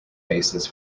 basis